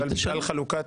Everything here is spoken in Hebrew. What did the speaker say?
אל תשנו.